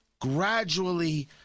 gradually